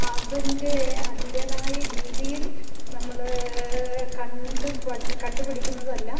അതിൻ്റെ അതിൻറ്റേതായ രീതിയിൽ നമ്മൾ കണ്ടുപടി കണ്ടുപിടിക്കുന്നതല്ല